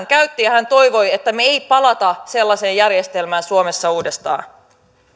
käytti ja hän toivoi että me emme palaa sellaiseen järjestelmään suomessa uudestaan